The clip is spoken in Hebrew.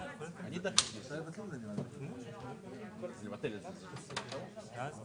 שזה היה סוף השנה וקיבלנו את הפנייה מהוועדה לפצל ויחסית לא